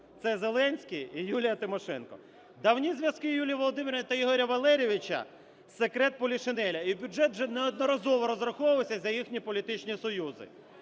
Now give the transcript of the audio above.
цеЗеленський і Юлія Тимошенко. Давні Юлії Володимирівни та Ігоря Валерійовича – секрет Полішинеля, і бюджет вже неодноразово розраховувався за їх політичні союзи.